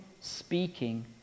speaking